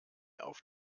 auf